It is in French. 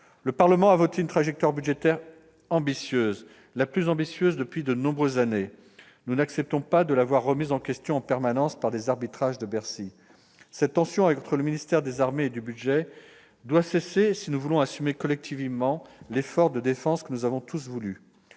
Le Parlement a voté une trajectoire budgétaire ambitieuse, la plus ambitieuse depuis de nombreuses années. Nous n'accepterons pas de la voir remise en question en permanence par des arbitrages de Bercy. Cette tension entre les ministères des armées et du budget doit cesser, si nous voulons assumer collectivement l'effort de défense que nous avons tous voulu.